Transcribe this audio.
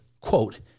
quote